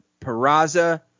Peraza